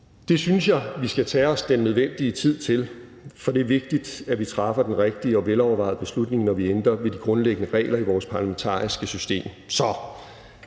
Det synes jeg vi skal tage os den nødvendige tid til, for det er vigtigt, at vi træffer den rigtige og velovervejede beslutning, når vi ændrer ved de grundliggende regler i vores parlamentariske system.